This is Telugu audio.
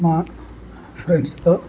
మా ఫ్రెండ్స్తో